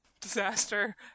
disaster